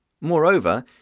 Moreover